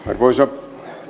arvoisa